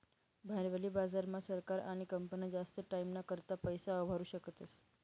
भांडवली बाजार मा सरकार आणि कंपन्या जास्त टाईमना करता पैसा उभारु शकतस